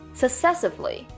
successively